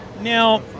Now